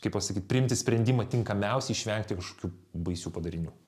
kaip pasakyt priimti sprendimą tinkamiausią išvengti kažkokių baisių padarinių